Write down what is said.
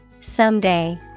Someday